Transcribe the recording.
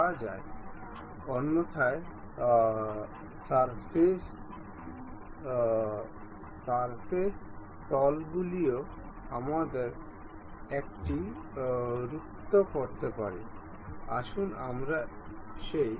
আমরা এখানে যে দুটি মেট ব্যবহার করেছি সেগুলি হল ট্যান্জেন্ট সিলিন্ডারের সারফেস এবং স্লটের সারফেস এবং এই উভয়ের কয়েন্সিডেন্ট প্লেন পিন এবং স্লট